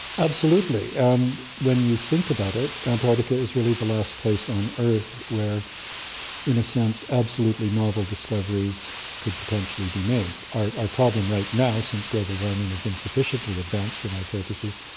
absolutely, and when you think about it, antarctica is really the last place on earth where in a sense absolutely novel discoveries could potentially be made. our our problem right now, since global warming is insufficiently advanced for my purposes,